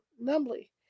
numbly